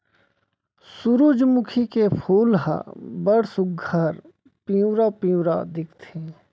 सुरूजमुखी के फूल ह बड़ सुग्घर पिंवरा पिंवरा दिखथे